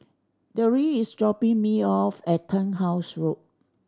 Deirdre is dropping me off at Turnhouse Road